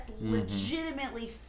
legitimately